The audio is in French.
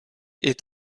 est